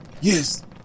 Yes